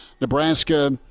Nebraska